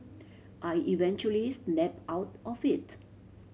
I eventually snapped out of it